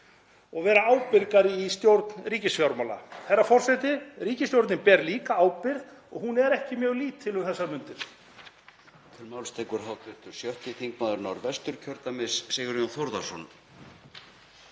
og vera ábyrgari í stjórn ríkisfjármála. Herra forseti. Ríkisstjórnin ber líka ábyrgð og hún er ekki mjög lítil um þessar mundir.